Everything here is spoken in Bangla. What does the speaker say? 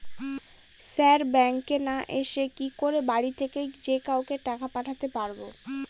স্যার ব্যাঙ্কে না এসে কি করে বাড়ি থেকেই যে কাউকে টাকা পাঠাতে পারবো?